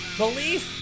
belief